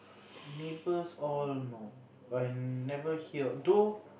neighbors all know but I never hear though